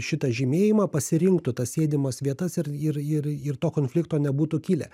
šitą žymėjimą pasirinktų tas sėdimas vietas ir ir ir to konflikto nebūtų kilę